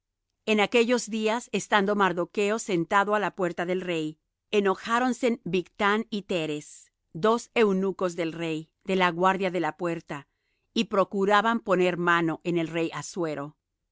en aquellos días estando mardocho sentado á la puerta del rey enojáronse bigthán y teres dos eunucos del rey de la guardia de la puerta y procuraban poner mano en el rey assuero mas